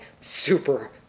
super